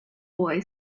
boy